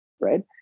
right